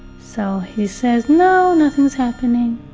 so he says, no, nothing's happening.